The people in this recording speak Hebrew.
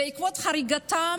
בעקבות הריגתם